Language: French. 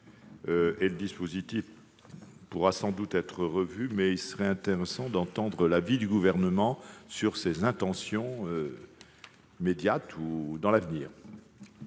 et le dispositif pourra sans doute être revu, mais il sera intéressant d'entendre le Gouvernement sur ses intentions dans l'immédiat ou à l'avenir.